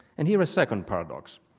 and here's a second paradox.